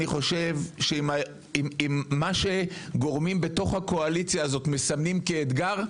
אני חושב אם מה שגורמים בתוך הקואליציה הזאת מסמנים כאתגר,